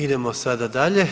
Idemo sada dalje.